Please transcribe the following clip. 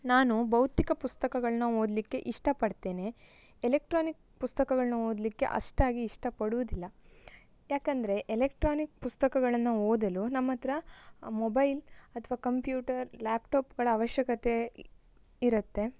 ನಾನು ಭೌತಿಕ ಪುಸ್ತಕಗಳನ್ನ ಓದಲಿಕ್ಕೆ ಇಷ್ಟಪಡ್ತೇನೆ ಎಲೆಕ್ಟ್ರಾನಿಕ್ ಪುಸ್ತಕಗಳನ್ನ ಓದಲಿಕ್ಕೆ ಅಷ್ಟಾಗಿ ಇಷ್ಟಪಡುವುದಿಲ್ಲ ಯಾಕಂದರೆ ಎಲೆಕ್ಟ್ರಾನಿಕ್ ಪುಸ್ತಕಗಳನ್ನು ಓದಲು ನಮ್ಮ ಹತ್ರ ಮೊಬೈಲ್ ಅಥವಾ ಕಂಪ್ಯೂಟರ್ ಲ್ಯಾಪ್ಟಾಪ್ಗಳ ಅವಶ್ಯಕತೆ ಇರುತ್ತೆ